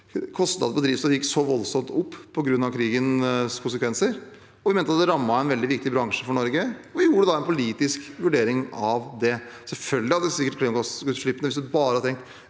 kostnadene på drivstoff gikk så voldsomt opp på grunn av krigens konsekvenser, og vi mente at det rammet en veldig viktig bransje for Norge. Vi gjorde da en politisk vurdering av det. Selvfølgelig hadde sikkert klimagassutslippene der og da gått ned hvis vi bare hadde tenkt